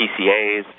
PCAs